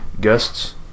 guests